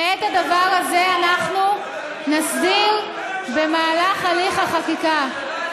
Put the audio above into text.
ואת הדבר הזה אנחנו נסדיר במהלך החקיקה.